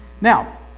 Now